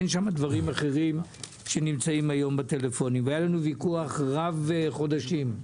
היה לנו ויכוח רב חודשית,